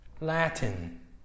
Latin